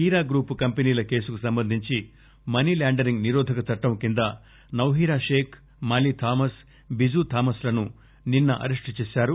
Heera group కంపెనీల కేసుకు సంబంధించి మనీల్యాండరింగ్ నిరోధక చట్టం కింద Nowhera Shaikh Molly Thomas Biju Thomas లను నిన్స అరెస్ట్ చేశారు